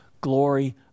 glory